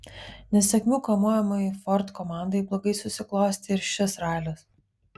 nesėkmių kamuojamai ford komandai blogai susiklostė ir šis ralis